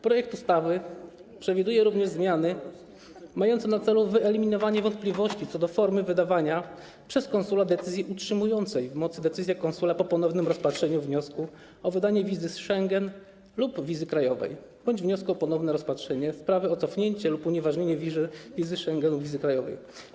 Projekt ustawy przewiduje również zmiany mające na celu wyeliminowanie wątpliwości co do formy wydawania przez konsula decyzji utrzymującej w mocy decyzję konsula po ponownym rozpatrzeniu wniosku o wydanie wizy Schengen lub wizy krajowej bądź wniosku o ponowne rozpatrzenie sprawy, o cofnięcie lub unieważnienie wizy Schengen lub wizy krajowej.